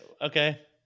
Okay